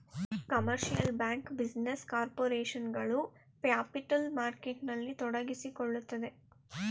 commercial bank, business corporation ಗಳು capital ಮಾರ್ಕೆಟ್ನಲ್ಲಿ ತೊಡಗಿಸಿಕೊಳ್ಳುತ್ತದೆ